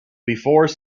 before